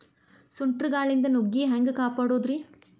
ಸುಂಟರ್ ಗಾಳಿಯಿಂದ ನುಗ್ಗಿ ಹ್ಯಾಂಗ ಕಾಪಡೊದ್ರೇ?